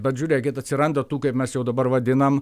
bet žiūrėkit atsiranda tų kaip mes jau dabar vadinam